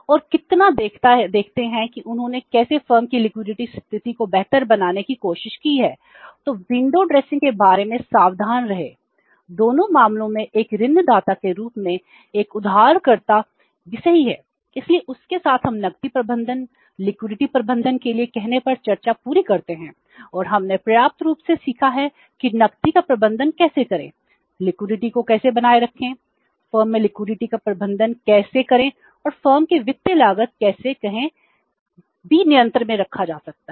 और कितना देखते हैं कि उन्होंने कैसे फर्म की लिक्विडिटी का प्रबंधन कैसे करें और फर्म की वित्तीय लागत कैसे कहें भी नियंत्रण में रखा जा सकता है